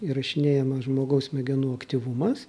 įrašinėjamas žmogaus smegenų aktyvumas